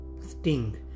sting